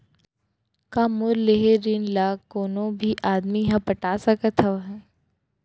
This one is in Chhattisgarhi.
का मोर लेहे ऋण ला कोनो भी आदमी ह पटा सकथव हे?